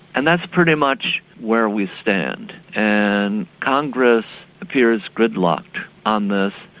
and that's pretty much where we stand, and congress appears gridlocked on this.